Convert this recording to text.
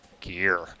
gear